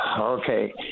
Okay